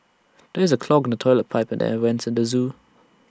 there is A clog in the Toilet Pipe and the air Vents at the Zoo